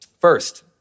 First